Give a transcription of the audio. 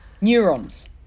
Neurons